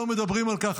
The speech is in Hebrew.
לא מדברים על כך,